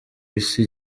isi